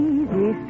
Easy